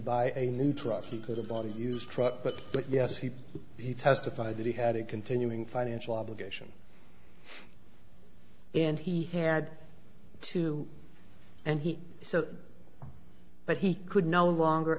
buy a new truck he could have bought the used truck but but yes he he testified that he had a continuing financial obligation and he had to and he so but he could no longer